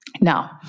Now